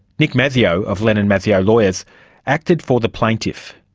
nick mazzeo of lennon mazzeo lawyers acted for the plaintiff.